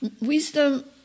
wisdom